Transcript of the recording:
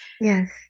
Yes